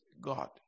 God